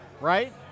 Right